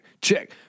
check